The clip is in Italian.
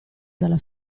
dalla